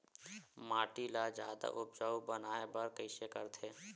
माटी ला जादा उपजाऊ बनाय बर कइसे करथे?